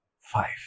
Five